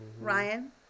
ryan